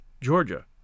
Georgia